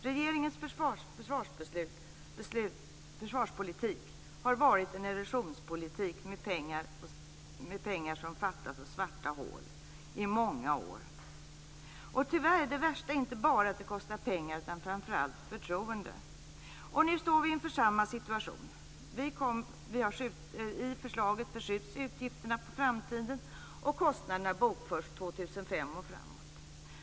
Regeringens försvarspolitik har varit en erosionspolitik med pengar som fattas och svarta hål i många år. Tyvärr är det värsta inte att det kostar pengar utan att det kostar förtroende. Nu står vi inför samma situation. I förslaget skjuts utgifterna på framtiden, och kostnaderna bokförs år 2005 och framåt.